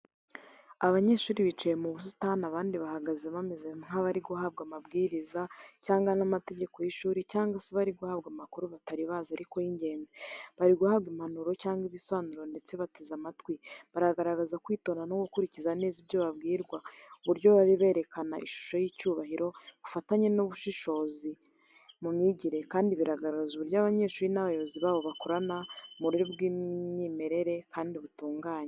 Abanyeshuri bicaye mu busitani, abandi bahagaze, bameze nk’abari guhabwa amabwiriza cyangwa mu amategeko y’ishuri cyangwa se bari guhabwa amakuru batari bazi ariko y'ingenzi. Bari guhabwa impanuro cyangwa ibisobanuro bateze amatwi, bagaragaza kwitonda no gukurikiza neza ibyo babwirwa. Uburyo bari burerekana ishusho y’icyubahiro, ubufatanye n’ubushishozi mu myigire, kandi bigaragaza uburyo abanyeshuri n’abayobozi babo bakorana mu buryo bw’umwimerere kandi butunganye.